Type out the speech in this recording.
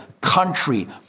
Country